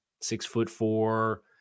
six-foot-four